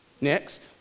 Next